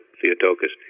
Theotokos